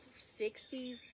60s